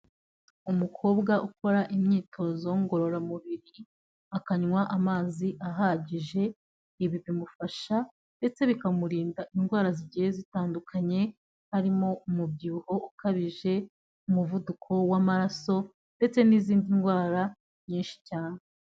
Umukobwa ukora imyitozo ngororamubiri, akanywa amazi ahagije, ibi bimufasha ndetse bikamurinda indwara zigiye zitandukanye, harimo umubyibuho ukabije, umuvuduko w'amaraso ndetse n'izindi ndwara nyinshi cyane.